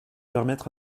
permettre